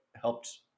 helped